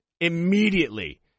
immediately